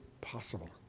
possible